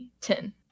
Ten